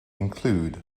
include